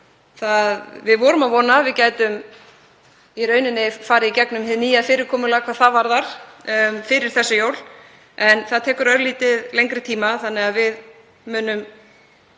Við vorum að vona að við gætum farið í gegnum hið nýja fyrirkomulag hvað það varðar fyrir þessi jól. En það tekur örlítið lengri tíma þannig að við munum